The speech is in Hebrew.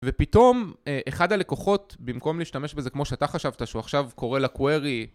ופתאום אחד הלקוחות במקום להשתמש בזה כמו שאתה חשבת שהוא עכשיו קורא לקווירי